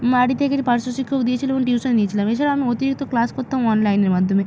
বাড়ি থেকে পার্শ্ব শিক্ষক দিয়েছিল বলে টিউশন নিয়েছিলাম এছাড়াও আমি অতিরিক্ত ক্লাস করতাম অনলাইনের মাধ্যমে